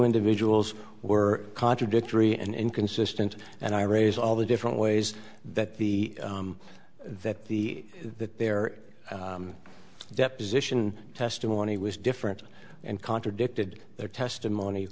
individuals were contradictory and inconsistent and i raise all the different ways that the that the that there deposition testimony was different and contradicted their testimony